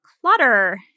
clutter